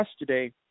yesterday